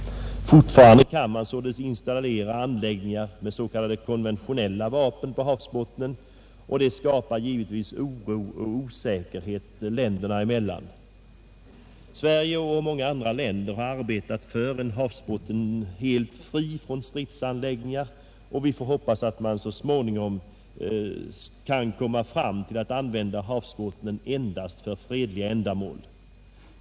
Fortfarande kan man således installera anläggningar med s.k. konventionella vapen på havsbottnen, och det skapar givetvis oro och osäkerhet länderna emellan. Sverige och många andra länder har arbetat för en havsbotten helt fri från stridsanläggningar, och vi får hoppas att man så småningom kan komma fram till att använda havsbottnen endast för fredliga ändamål.